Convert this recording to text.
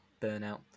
burnout